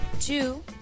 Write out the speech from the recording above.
two